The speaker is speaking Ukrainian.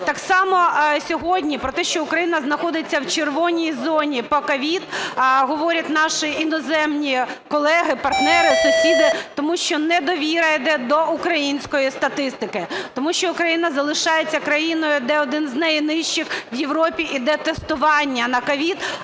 Так само, сьогодні про те, що Україна знаходиться в червоній зоні по COVID, говорять наші іноземні колеги, партнери, сусіди, тому що недовіра йде до української статистики, тому що Україна залишається країною, де один з найнижчих у Європі іде тестування на COVID,